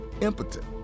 impotent